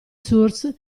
source